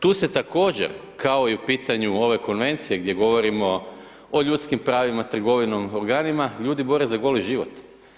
Tu se također kao i u pitanju ove konvencije gdje govorimo o ljudskim pravima trgovinom organima, ljudi bore za goli život.